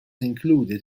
included